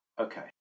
okay